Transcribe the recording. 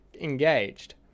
engaged